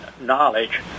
knowledge